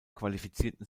qualifizierten